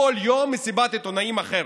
כל יום מסיבת עיתונאים אחרת.